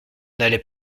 n’allait